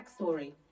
backstory